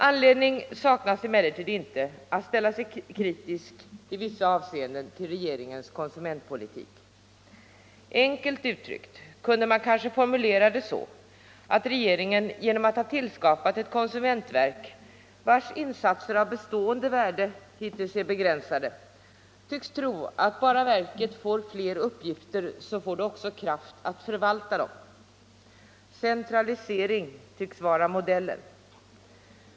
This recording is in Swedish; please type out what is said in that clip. Anledning saknas emellertid inte att ställa sig kritisk i vissa avseenden till regeringens konsumentpolitik. Enkelt uttryckt kunde man kanske formulera det så att regeringen genom att ha tillskapat ett konsumentverk, vars insatser av bestående värde hittills är begränsade, tycks tro att bara verket får fler uppgifter så får det också kraft att förvalta dem. Centralisering tycks vara modellen.